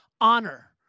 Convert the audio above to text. honor